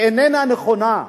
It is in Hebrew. איננה נכונה.